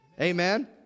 Amen